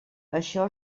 això